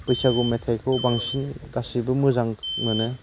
बैसागु मेथाइखौ बांसिन गासिबो मोजां मोनो